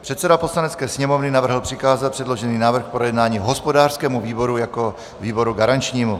Předseda Poslanecké sněmovny navrhl přikázat předložený návrh k projednání hospodářskému výboru jako výboru garančnímu.